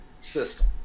system